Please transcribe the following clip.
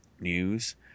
news